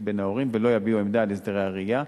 בין ההורים ולא יביעו עמדה על הסדרי הראייה.